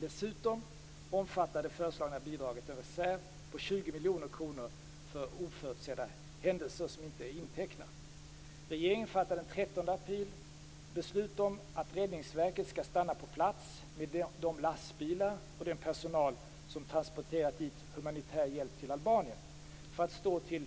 Dessutom omfattar det föreslagna bidraget en reserv på 20 miljoner kronor för oförutsedda händelser som inte är intecknad. Regeringen fattade beslut den 13 april om att Räddningsverket skall stanna på plats, med de lastbilar och den personal som transporterat humanitär hjälp till Albanien, för att stå till